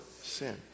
sin